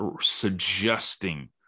suggesting